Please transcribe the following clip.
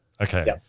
okay